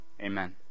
Amen